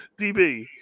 DB